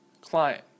client